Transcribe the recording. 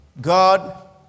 God